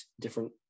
different